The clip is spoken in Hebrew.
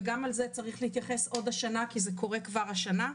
וגם לזה צריך להתייחס עוד השנה כי זה קורה כבר השנה.